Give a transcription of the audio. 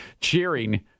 Cheering